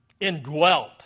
indwelt